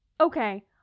okay